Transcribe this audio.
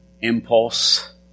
impulse